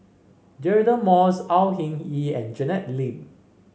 Deirdre Moss Au Hing Yee and Janet Lim